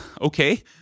okay